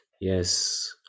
yes